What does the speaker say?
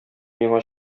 миңа